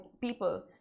people